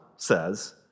Says